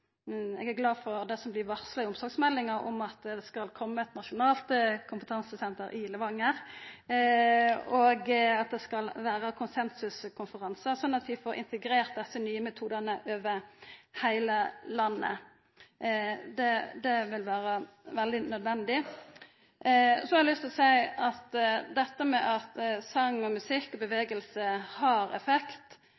eg er glad for det som blir varsla i omsorgsmeldinga – at det skal koma eit nasjonalt kompetansesenter i Levanger, og at det skal vera konsensuskonferansar sånn at vi får integrert desse nye metodane over heile landet. Det vil vera veldig nødvendig. Eg har lyst til å seia at dette med song, musikk og